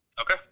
Okay